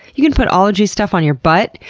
you can put ologies stuff on your butt!